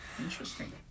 Interesting